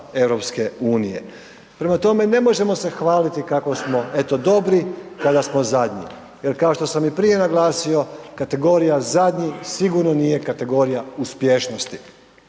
država EU. Prema tome, ne možemo se hvaliti kako smo eto dobri kada smo zadnji jer kao što sam i prije naglasio kategorija zadnji sigurno nije kategorija uspješnosti.